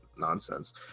nonsense